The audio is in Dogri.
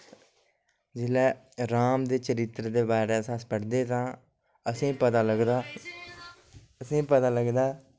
जिसलै राम दै चरित्र दै बारै च पढ़दा अस ता असेंई पता लगदा असेंई पता लगदा